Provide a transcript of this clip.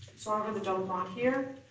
so i'll do the double bond here.